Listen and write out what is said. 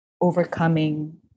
overcoming